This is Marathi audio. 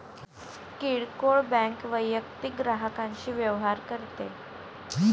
किरकोळ बँक वैयक्तिक ग्राहकांशी व्यवहार करते